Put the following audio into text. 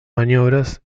maniobras